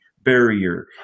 barrier